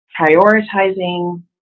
prioritizing